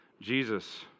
Jesus